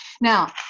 now